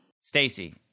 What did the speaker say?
Stacy